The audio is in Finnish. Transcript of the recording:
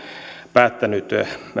päättänyt